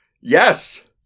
Yes